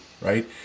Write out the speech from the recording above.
right